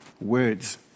words